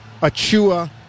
Achua